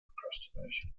procrastination